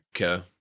Okay